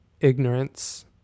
ignorance